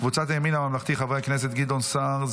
קבוצת סיעת הימין הממלכתי: חברי הכנסת גדעון סער,